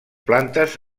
plantes